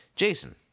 Jason